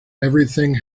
everything